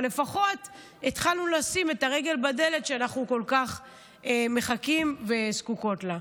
אבל לפחות התחלנו לשים את הרגל בדלת שאנחנו כל כך מחכים וזקוקות לה.